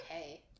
okay